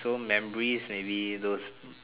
so memories maybe those